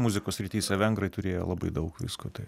muzikos srityse vengrai turėjo labai daug visko taip